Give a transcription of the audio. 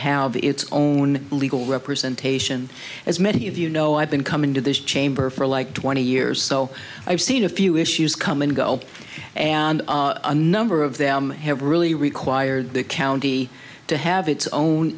have its own legal representation as many of you know i've been coming to this chamber for like twenty years so i've seen a few issues come and go and a number of them have really required the county to have its own